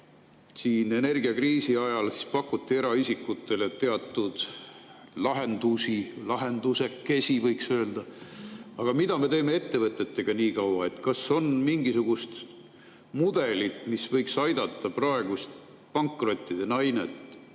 Energiakriisi ajal pakuti eraisikutele teatud lahendusi, lahendusekesi võiks öelda. Aga mida me teeme niikaua ettevõtetega? Kas on mingisugust mudelit, mis võiks aidata praegust pankrottide lainet